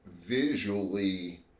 visually